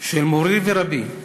של מורי ורבי,